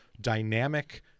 dynamic